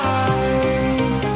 eyes